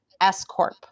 S-Corp